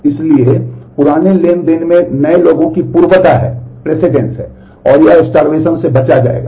इसलिए पुराने ट्रांज़ैक्शन में नए लोगों की पूर्वता है और यह स्टार्वेसन से बचा जाएगा